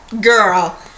Girl